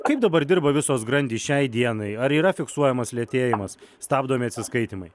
kaip dabar dirba visos grandys šiai dienai ar yra fiksuojamas lėtėjimas stabdomi atsiskaitymai